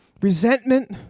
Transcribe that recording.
Resentment